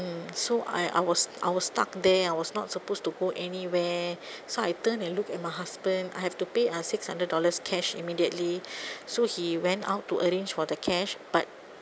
mm so I I was I was stuck there I was not supposed to go anywhere so I turn and look at my husband I have to pay a six hundred dollars cash immediately so he went out to arrange for the cash but